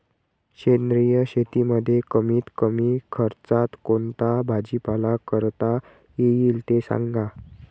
सेंद्रिय शेतीमध्ये कमीत कमी खर्चात कोणता भाजीपाला करता येईल ते सांगा